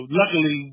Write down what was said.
luckily